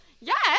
Yes